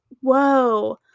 whoa